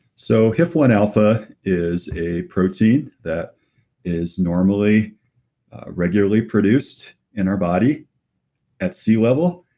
so hif one alpha is a protein that is normally regularly produced in our body at sea level.